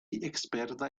experta